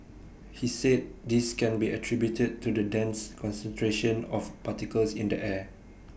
he said this can be attributed to the dense concentration of particles in the air